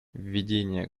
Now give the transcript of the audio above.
введение